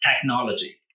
technology